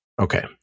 Okay